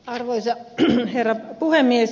arvoisa herra puhemies